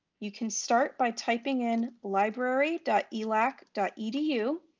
you can start by typing in library elac edu